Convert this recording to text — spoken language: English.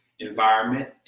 environment